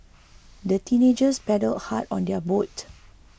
the teenagers paddled hard on their boat